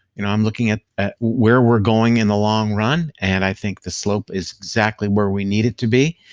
you know i'm looking at at where we're going in the long run and i think the slope is exactly where we need it to be.